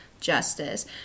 Justice